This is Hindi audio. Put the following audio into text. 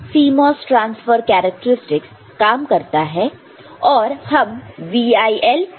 तो इस तरीके से CMOS ट्रांसफर कैरेक्टरस्टिक काम करता है और हम VIL VOH को डिफाइन कर सकते हैं